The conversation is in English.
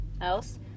else